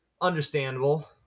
understandable